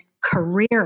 career